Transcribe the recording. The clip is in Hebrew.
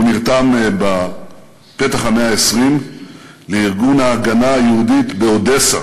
הוא נרתם בפתח המאה ה-20 לארגון ההגנה היהודית באודסה.